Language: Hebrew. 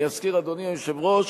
אני אזכיר, אדוני היושב-ראש,